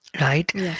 right